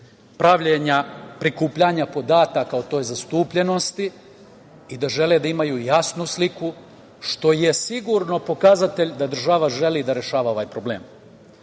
pravljenja, prikupljanja podataka o toj zastupljenosti i da žele da imaju jasnu sliku, što je sigurno pokazatelj da država želi da rešava ovaj problem. Jedan